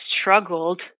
struggled